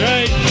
Right